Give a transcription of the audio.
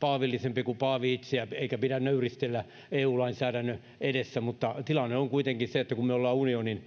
paavillisempi kuin paavi itse eikä pidä nöyristellä eu lainsäädännön edessä mutta tilanne on kuitenkin se että kun me olemme unionin